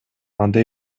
анда